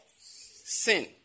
Sin